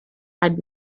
had